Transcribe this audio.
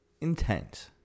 intent